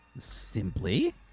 simply